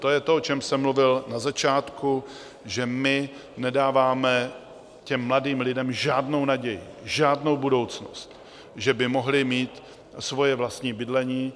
To je to, o čem jsem mluvil na začátku, že nedáváme mladým lidem žádnou naději, žádnou budoucnost, že by mohli mít svoje vlastní bydlení.